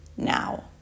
now